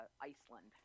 Iceland